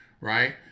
right